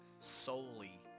solely